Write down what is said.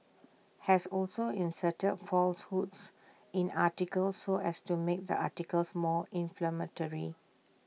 has also inserted falsehoods in articles so as to make the articles more inflammatory